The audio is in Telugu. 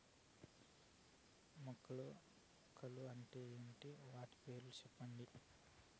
మొలకలు అంటే ఏమి? వాటి పేర్లు సెప్పండి?